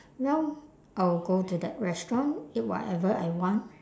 now I'll go that restaurant eat whatever I want